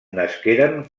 nasqueren